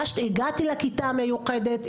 הגעתי לכיתה המיוחדת,